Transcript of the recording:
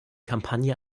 kampagne